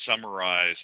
summarize